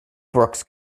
brooks